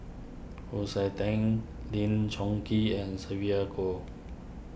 Wu Tsai Den Lim Chong Keat and Sylvia Kho